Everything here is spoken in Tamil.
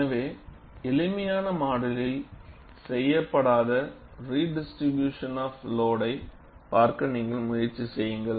எனவே எளிமையான மாடலில் செய்யப்படாத ரிடிஸ்ட்ரிபியூஷன் ஆப் லோடை பார்க்க நீங்கள் முயற்சி செய்யுங்கள்